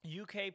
UK